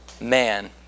Man